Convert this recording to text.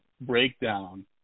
breakdown